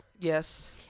Yes